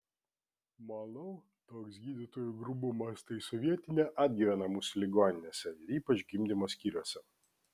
manau toks gydytojų grubumas tai sovietinė atgyvena mūsų ligoninėse ir ypač gimdymo skyriuose